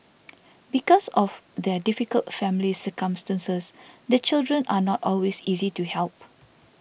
because of their difficult family circumstances the children are not always easy to help